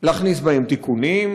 להכניס בהן תיקונים,